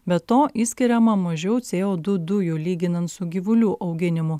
be to išskiriama mažiau co du dujų lyginant su gyvulių auginimu